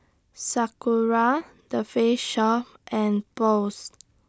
Sakura The Face Shop and Post